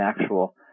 actual